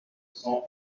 cents